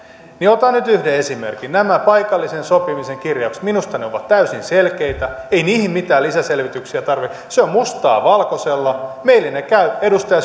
niin otan nyt yhden esimerkin nämä paikallisen sopimisen kirjaukset minusta ne ovat täysin selkeitä ei niihin mitään lisäselvityksiä tarvitse se on mustaa valkoisella meille ne käyvät edustaja